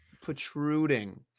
Protruding